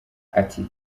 ati